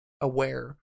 aware